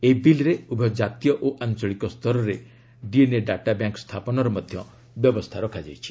ଏହି ବିଲ୍ରେ ଉଭୟ କାତୀୟ ଓ ଆଞ୍ଚଳିକ ସ୍ତରରେ ଡିଏନ୍ଏ ଡାଟା ବ୍ୟାଙ୍କ ସ୍ଥାପନର ମଧ୍ୟ ବ୍ୟବସ୍ଥା ରହିଛି